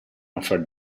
offered